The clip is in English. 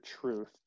truth